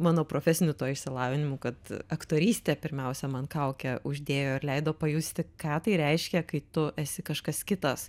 mano profesiniu tuo išsilavinimu kad aktorystė pirmiausia man kaukę uždėjo ir leido pajusti ką tai reiškia kai tu esi kažkas kitas